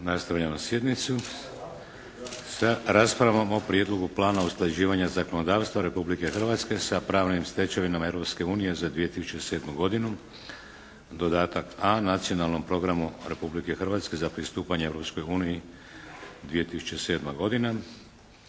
IDS-a podržat će ovaj prijedlog Plana usklađivanja zakonodavstva Republike Hrvatske sa pravnom stečevinom Europske unije za 2007. godinu, dodatak A Nacionalnom programu Republike Hrvatske za pristupanje Europskoj uniji 2007. godine.